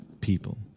people